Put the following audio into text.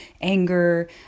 anger